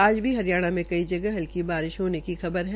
आज भी हरियाणा में कई जगह हल्की बारिश होने की खबर है